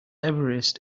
everest